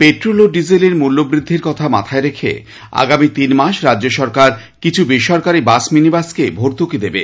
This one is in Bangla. পেট্রোল ও ডিজেলের মূল্যবৃদ্ধির কথা মাথায় রেখে আগামী তিন মাস রাজ্য সরকার কিছু বেসরকারী বাস মিনিবাসকে ভর্তুকি দেবে